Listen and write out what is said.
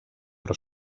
però